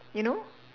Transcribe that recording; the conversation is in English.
you know